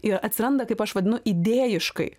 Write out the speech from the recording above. ir atsiranda kaip aš vadinu idėjiškai